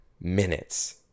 minutes